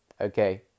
Okay